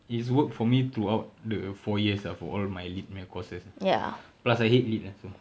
it's work for me throughout the four years uh for all my lit punya courses ah plus I hate lit uh so